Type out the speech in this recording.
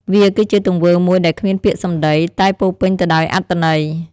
វាគឺជាទង្វើមួយដែលគ្មានពាក្យសំដី តែពោរពេញទៅដោយអត្ថន័យ។